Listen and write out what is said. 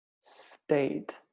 state